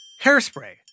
hairspray